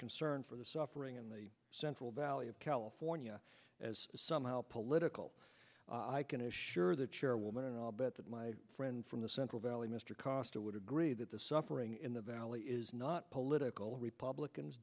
concern for the suffering in the central valley of california as somehow political i can assure the chairwoman i'll bet that my friend from the central valley mr costa would agree that the suffering in the valley is not political and republicans